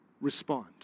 respond